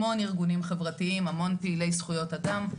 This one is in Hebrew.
המון ארגונים חברתיים, המון פעילי זכויות אדם.